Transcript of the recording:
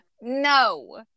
no